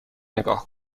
نگاه